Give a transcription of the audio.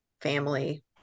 Family